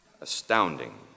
Astounding